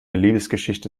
liebesgeschichte